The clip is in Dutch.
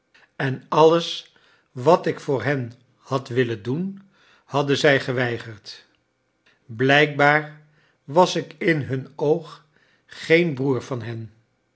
en alles wat ik voor hen had willen doen hadden zij geweigerd blijkbaar was ik in hun oog geen broer van hen